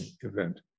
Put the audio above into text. event